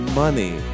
money